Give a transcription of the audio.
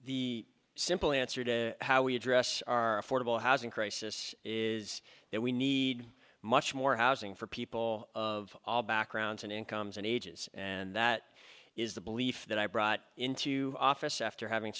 the simple answer to how we address our affordable housing crisis is that we need much more housing for people of all backgrounds and incomes and ages and that is the belief that i brought into office after having